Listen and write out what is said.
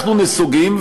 אנחנו נסוגים,